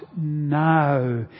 now